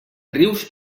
rius